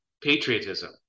patriotism